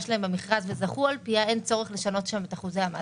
שלהם במכרז וזכו על פיה אין צורך לשנות שם את החוזה.